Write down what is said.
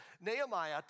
Nehemiah